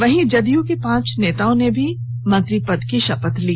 वहीं जदयू र्क पांच नेताओं ने भी मंत्री पद की शपथ ली